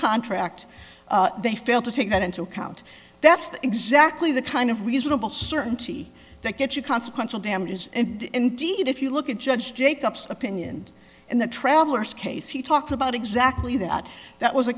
contract they fail to take that into account that's exactly the kind of reasonable certainty that gets you consequential damages and indeed if you look at judge jacobson opinion in the traveller's case he talks about exactly that that was a